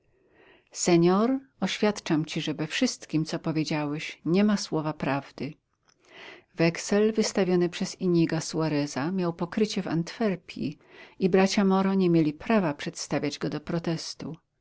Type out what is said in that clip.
senor oświadczam ci że we wszystkim co powiedziałeś nie ma słowa prawdy weksel wystawiony przez ińiga suareza miał pokrycie w antwerpii i bracia moro nie mieli prawa przedstawiać go do protestu